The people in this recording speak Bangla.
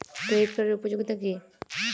ক্রেডিট কার্ডের উপযোগিতা কি?